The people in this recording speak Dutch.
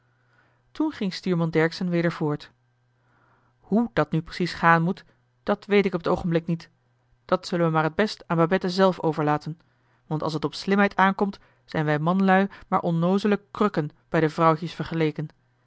toen ging stuurman dercksen weder voort hoe dat nu precies gaan moet dat weet ik op t oogenblik niet dat zullen we maar t best aan babette zelf overlaten want als het op slimheid aankomt zijn wij manlui maar onnoozele krukken bij de vrouwtjes vergeleken